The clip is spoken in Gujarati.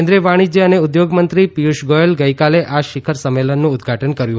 કેન્દ્રીય વાણિજ્ય અને ઉદ્યોગમંત્રી પિયુષ ગોયલ ગઇકાલે આ શિખર સંમેલનનું ઉદધાટન કર્યું